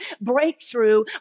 breakthrough